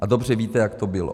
A dobře víte, jak to bylo.